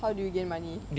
how did you gain money